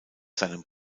seinem